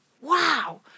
Wow